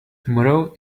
tomorrow